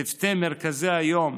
צוותי מרכזי היום,